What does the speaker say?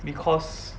because